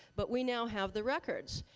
but we now have the records.